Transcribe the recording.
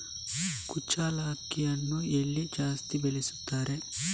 ಕುಚ್ಚಲಕ್ಕಿಯನ್ನು ಎಲ್ಲಿ ಜಾಸ್ತಿ ಬೆಳೆಸುತ್ತಾರೆ?